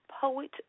Poet